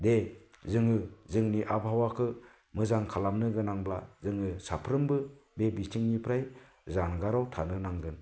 दे जोङो जोंनि आबहावाखौ मोजां खालामनो गोनांब्ला जोङो साफ्रोमबो बे बिथिंनिफ्राय जानगाराव थानो नांगोन